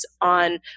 on